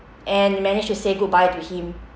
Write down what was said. and managed to say goodbye to him